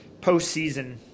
postseason